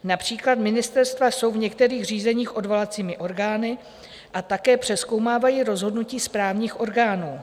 Například ministerstva jsou v některých řízeních odvolacími orgány a také přezkoumávají rozhodnutí správních orgánů.